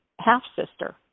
half-sister